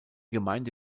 gemeinde